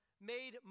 made